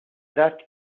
that